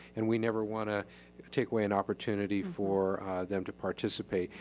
and we never want to take away an opportunity for them to participate.